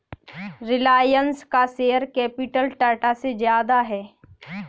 रिलायंस का share capital Tata से ज्यादा है